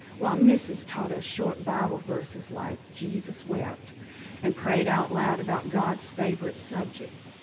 while missus taught us short bible verses like, jesus wept and prayed out loud about god's favorite subject,